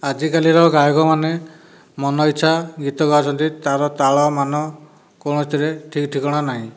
ଆଜିକାଲିର ଗାୟକ ମାନେ ମନ ଇଚ୍ଛା ଗୀତ ଗାଉଛନ୍ତି ତାର ତାଳ ମାନ କୌଣସିରେ ଠିକ୍ ଠିକଣା ନାହିଁ